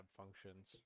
functions